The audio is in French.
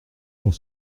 pour